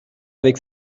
avec